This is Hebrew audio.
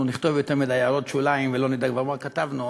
אם אנחנו נכתוב יותר מדי הערות שוליים ולא נדע כבר מה כתבנו,